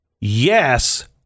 yes